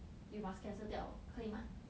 you must cancel 掉可以 mah